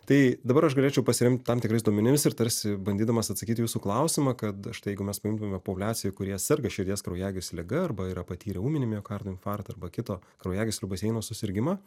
tai dabar aš galėčiau pasiremti tam tikrais duomenimis ir tarsi bandydamas atsakyt į jūsų klausimą kad štai jeigu mes paimtume populiaciją kurie serga širdies kraujagyslių liga arba yra patyrę ūminį miokardo infarktą arba kito kraujagyslių baseino susirgimą